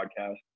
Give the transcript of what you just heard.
podcast